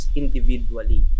individually